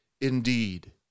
indeed